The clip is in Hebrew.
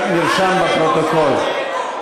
נרשם בפרוטוקול.